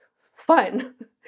fun